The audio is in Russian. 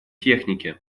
техники